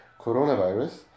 coronavirus